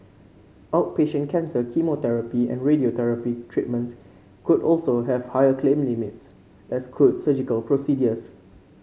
outpatient cancer chemotherapy and radiotherapy treatments could also have higher claim limits as could surgical procedures